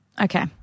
okay